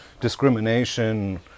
discrimination